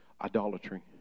idolatry